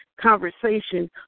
conversation